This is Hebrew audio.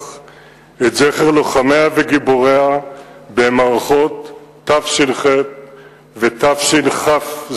את זכר לוחמיה וגיבוריה במערכות תש"ח ותשכ"ז.